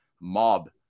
mob